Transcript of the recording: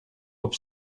hop